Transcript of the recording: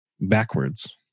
backwards